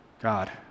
God